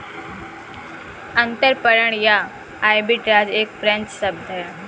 अंतरपणन या आर्बिट्राज एक फ्रेंच शब्द है